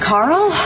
Carl